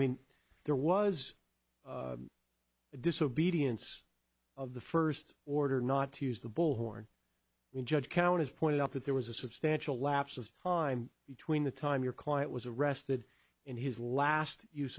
mean there was a disobedience of the first order not to use the bullhorn when judge counties pointed out that there was a substantial lapse of time between the time your client was arrested in his last use